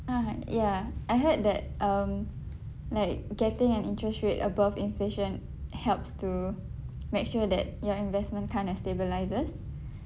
ah ya I heard that um like getting an interest rate above inflation helps to make sure that your investment kind of stabilises